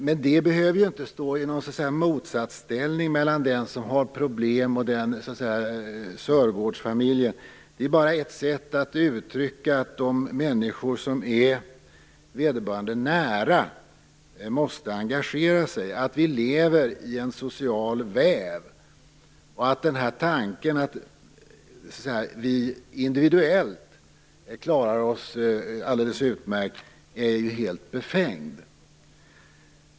Men det behöver inte vara någon motsättning mellan den familj som har problem och sörgårdsfamiljen. Det är bara ett sätt att uttrycka att de människor som är barnen nära måste engagera sig. Vi lever i en social väv. Tanken att vi individuellt klarar oss alldeles utmärkt är helt befängd.